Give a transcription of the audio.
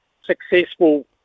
successful